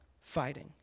fighting